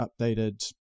updated